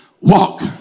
walk